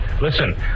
listen